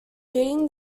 heating